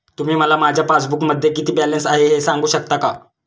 तुम्ही मला माझ्या पासबूकमध्ये किती बॅलन्स आहे हे सांगू शकता का?